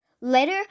Later